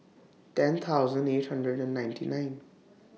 ten thousand eight hundred and ninety nine